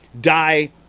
die